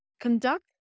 Conduct